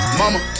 mama